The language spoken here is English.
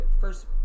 first